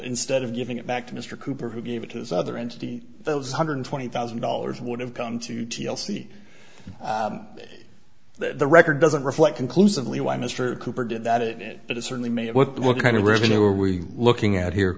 instead of giving it back to mr cooper who gave it his other entity those hundred twenty thousand dollars would have come to t l c that the record doesn't reflect conclusively why mr cooper did that it but it certainly made it what kind of revenue are we looking at here